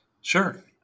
Sure